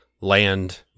land